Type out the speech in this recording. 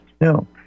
No